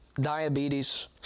diabetes